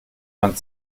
man